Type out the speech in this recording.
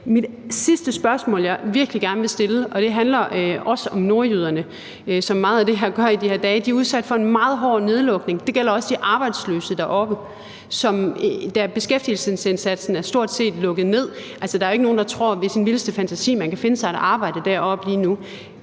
Mit sidste spørgsmål, som jeg virkelig gerne vil stille, handler også om nordjyderne, som meget af det her gør i de her dage. De er udsat for en meget hård nedlukning, og det gælder også de arbejdsløse deroppe, da beskæftigelsesindsatsen stort set er lukket ned. Altså, der er jo ikke nogen, der i sin vildeste fantasi tror, at man kan finde sig et arbejde deroppe lige nu.